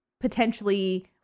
potentially